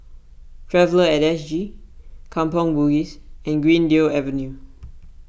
Traveller at S G Kampong Bugis and Greendale Avenue